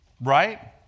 Right